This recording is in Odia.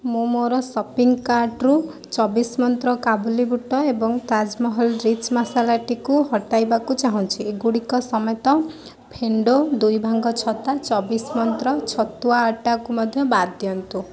ମୁଁ ମୋର ସପିଂ କାର୍ଟ୍ରୁ ମନ୍ତ୍ର କାବୁଲି ବୁଟ ଏବଂ ତାଜମହଲ ରିଚ୍ ମସାଲା ଟିକୁ ହଟାଇବାକୁ ଚାହୁଁଛି ଏଗୁଡ଼ିକ ସମେତ ଫେଣ୍ଡୋ ଦୁଇ ଭାଙ୍ଗ ଛତା ମନ୍ତ୍ର ଛତୁଆ ଅଟାକୁ ମଧ୍ୟ ବାଦ୍ ଦିଅନ୍ତୁ